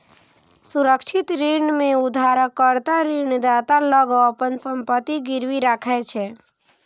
सुरक्षित ऋण मे उधारकर्ता ऋणदाता लग अपन संपत्ति गिरवी राखै छै